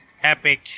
Epic